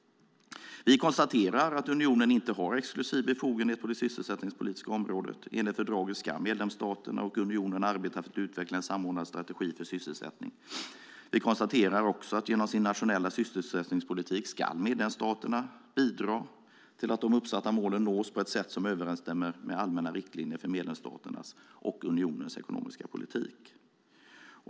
Vi konstaterar att unionen inte har exklusiv befogenhet på det sysselsättningspolitiska området. Enligt fördraget ska medlemsstaterna och unionen arbeta för att utveckla en samordnad strategi för sysselsättning. Vi konstaterar att medlemsstaterna genom sin nationella sysselsättningspolitik ska bidra till att de uppsatta målen nås på ett sätt som överensstämmer med allmänna riktlinjer för medlemsstaternas och unionens ekonomiska politik.